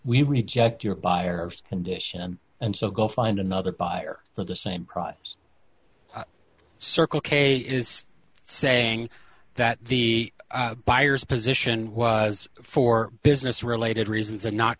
we reject your buyers condition and so go find another buyer for the same price circle k is saying that the buyers position was for business related reasons and no